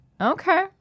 Okay